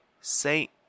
Saint